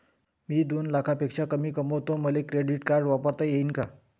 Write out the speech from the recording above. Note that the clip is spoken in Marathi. मी दोन लाखापेक्षा कमी कमावतो, मले क्रेडिट कार्ड वापरता येईन का?